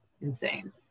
insane